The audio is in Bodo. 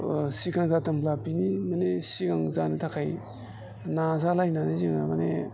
सिगां जादोंब्ला बिनि माने सिगां जानो थाखाय नाजालायनानै जों माने